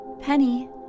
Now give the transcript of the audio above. Penny